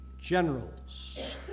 generals